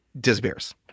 disappears